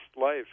life